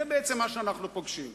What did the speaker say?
זה בעצם מה שאנחנו פוגשים.